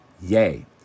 yay